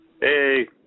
Hey